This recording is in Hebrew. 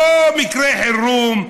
לא במקרה חירום,